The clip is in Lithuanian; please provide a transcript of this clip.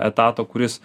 etato kuris